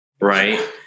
right